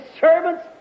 servants